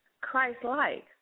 Christ-like